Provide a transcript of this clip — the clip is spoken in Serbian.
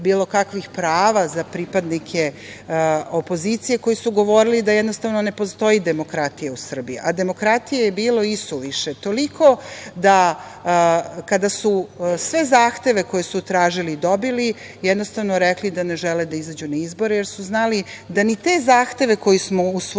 bilo kakvih prava za pripadnike opozicije, a koji su govorili da jednostavno ne postoji demokratija u Srbiji. Demokratije je bilo isuviše, toliko da su, kada su sve zahteve koje su tražili dobili, jednostavno rekli da ne žele da izađu na izbore, jer su znali da ni te zahteve, koje smo usvojili,